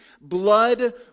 blood